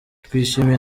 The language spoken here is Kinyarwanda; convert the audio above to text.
twishimiye